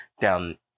down